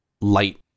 light